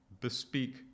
bespeak